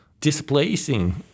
displacing